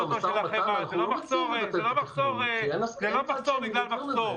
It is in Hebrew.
זה לא מחסור בגלל מחסור.